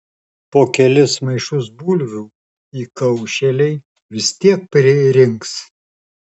po kelis maišus bulvių įkaušėliai vis tiek pririnks